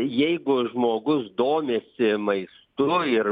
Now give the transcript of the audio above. jeigu žmogus domisi maistu ir